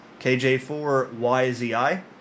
KJ4YZI